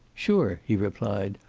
sure, he replied.